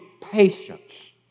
patience